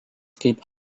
kaip